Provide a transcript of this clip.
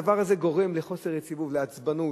הדבר הזה גורם לחוסר יציבות, לעצבנות,